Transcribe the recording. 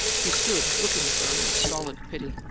he stood looking at her in stolid pity.